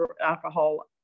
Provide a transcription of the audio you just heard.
alcohol